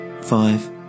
Five